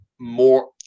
more –